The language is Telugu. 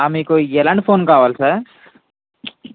ఆ మీకు ఎలాంటి ఫోన్ కావాలి సార్